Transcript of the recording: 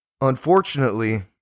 Unfortunately